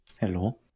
Hello